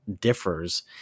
differs